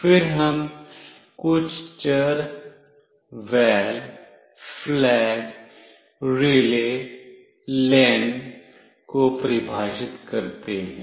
फिर हम कुछ चर वैल फ्लैग रिले लेन को परिभाषित करते हैं